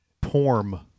porn